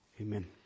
amen